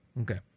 Okay